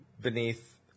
beneath